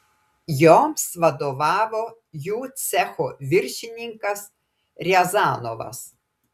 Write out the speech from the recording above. joms vadovavo jų cecho viršininkas riazanovas